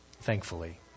thankfully